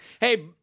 Hey